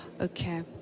okay